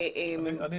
ברשותך,